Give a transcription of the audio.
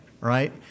right